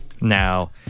Now